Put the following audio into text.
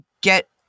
get